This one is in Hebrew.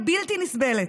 היא בלתי נסבלת.